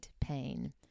pain